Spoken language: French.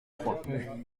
trois